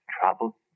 Trouble